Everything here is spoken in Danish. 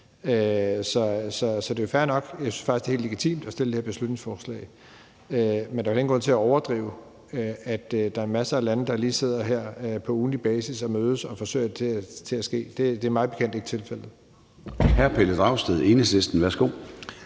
Så det er fair nok; jeg synes faktisk, det er helt legitimt at fremsætte et beslutningsforslag, men der er jo heller ingen grund til at overdrive og sige, at der er masser af lande, der på ugentlig basis mødes og forsøger at få det til at ske. Det er mig bekendt ikke tilfældet.